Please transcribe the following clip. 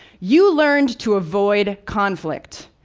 you learned to avoid conflict.